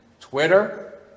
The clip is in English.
Twitter